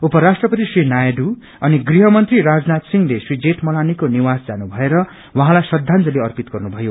उपराष्ट्रपति श्री नायडू अनि गृहमंत्री राजनाथ सिंहले श्री जेठमलानीको निवास जानु भएर उहाँलाई श्रदाजंली अर्पित गर्नुभयो